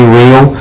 real